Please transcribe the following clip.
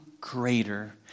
greater